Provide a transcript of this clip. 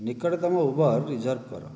ନିକଟତମ Uber reserve କର